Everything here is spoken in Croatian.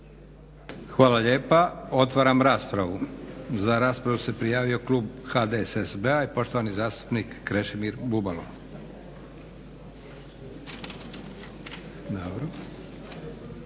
Hvala lijepa. Otvaram raspravu. Za raspravu se prijavio klub HDSSB-a i poštovani zastupnik Krešimir Bubalo.